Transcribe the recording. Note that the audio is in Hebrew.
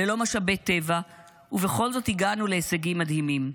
ללא משאבי טבע, ובכל זאת הגענו להישגים מדהימים.